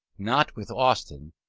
not with austin,